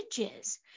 edges